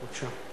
בבקשה.